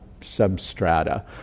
substrata